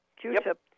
Q-tip